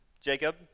Jacob